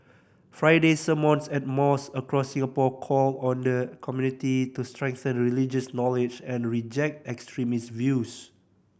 Friday sermons at mosque across Singapore called on the community to strengthen religious knowledge and reject extremist views